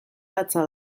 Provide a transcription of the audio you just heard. latza